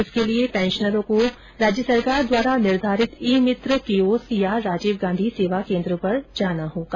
इसके लिये पेंशनरों को सत्यापन के लिये राज्य सरकार द्वारा निर्धारित ई मित्र कियोस्क या राजीव गांधी सेवा केन्द्र पर जाना होगा